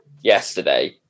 yesterday